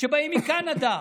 מקנדה,